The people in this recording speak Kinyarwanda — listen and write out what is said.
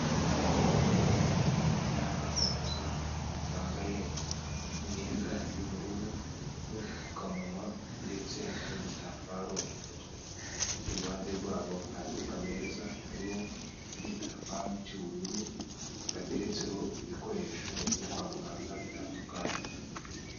Ni abaganga bambaye imyenda y'ubururu n'udupfukamunwa ndetse n'udutambaro mu mutwe. Iruhande rwabo hari akameza kariho igitambaro cy'ubururu, gateretseho ibikoresho byo kwa muganga bitandukanye.